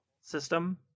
system